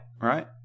right